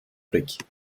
prik